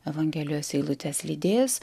evangelijos eilutes lydės